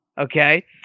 okay